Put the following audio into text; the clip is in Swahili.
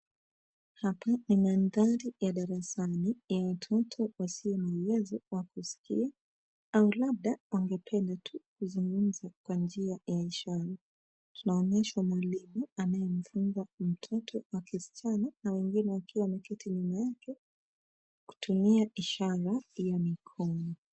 Hapa ni mandhari ya darasani yenye watoto wasio na uwezo wa kusikia au labda wangependa tu kuzugumza kwa njia ya ishara. Tunaonyeshwa mwalimu anayemfunza mtoto wa kisichana na mwingine akiwa amwketi nyuma yake kutumia ishara ya mikono.